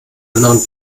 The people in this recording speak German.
anderen